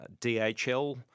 DHL